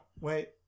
Wait